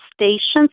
stations